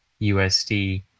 USD